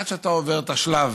עד שאתה עובר את השלב